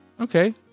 okay